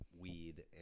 weed